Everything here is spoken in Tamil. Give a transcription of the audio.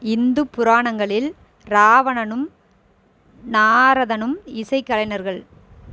இந்து புராணங்களில் ராவணனும் நாரதனும் இசைக்கலைஞர்கள்